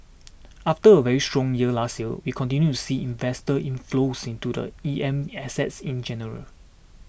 after a very strong year last year we continue to see investor inflows into the E M assets in general